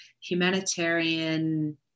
humanitarian